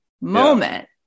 moment